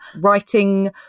writing